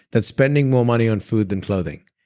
that's spending more money on food than clothing.